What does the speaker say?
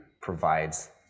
provides